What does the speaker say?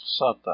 Sata